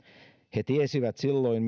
he tiesivät silloin